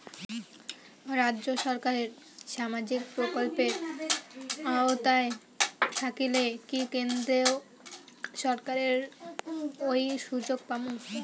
রাজ্য সরকারের সামাজিক প্রকল্পের আওতায় থাকিলে কি কেন্দ্র সরকারের ওই সুযোগ পামু?